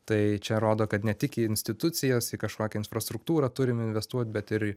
tai čia rodo kad ne tik į institucijas į kažkokią infrastruktūrą turim investuot bet ir